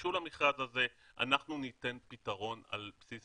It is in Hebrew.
שניגשו למכרז הזה, אנחנו ניתן פיתרון על בסיס